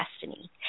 destiny